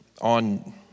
on